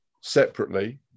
separately